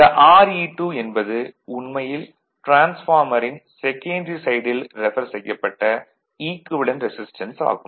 இந்த Re2 என்பது உண்மையில் டிரான்ஸ்பார்மரின் செகன்டரி சைடில் ரெஃபர் செய்யப்பட்ட ஈக்குவேலன்ட் ரெசிஸ்டன்ஸ் ஆகும்